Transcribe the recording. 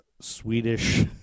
Swedish